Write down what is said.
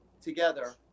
together